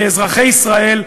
לאזרחי ישראל,